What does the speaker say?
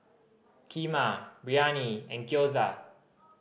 Kheema Biryani and Gyoza